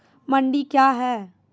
मंडी क्या हैं?